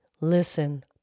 Listen